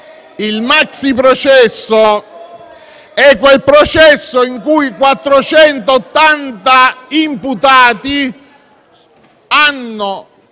Il maxiprocesso è quel processo in cui 480 imputati hanno